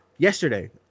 Yesterday